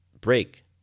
break